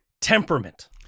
temperament